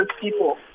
people